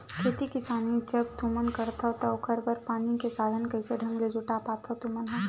खेती किसानी जब तुमन करथव त ओखर बर पानी के साधन कइसे ढंग ले जुटा पाथो तुमन ह?